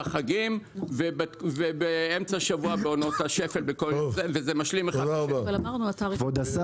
בחגים ובאמצע שבוע בעונות השפל וזה משלים אחד את השני.